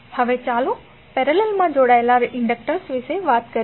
હવે ચાલો પેરેલલમાં જોડાયેલા ઇન્ડક્ટર્સ વિશે વાત કરીએ